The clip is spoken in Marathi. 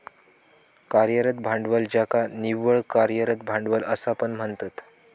कार्यरत भांडवल ज्याका निव्वळ कार्यरत भांडवल असा पण म्हणतत